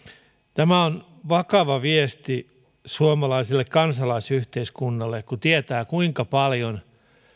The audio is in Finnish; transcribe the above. tämä on vakava viesti suomalaiselle kansalaisyhteiskunnalle kun tietää kuinka paljon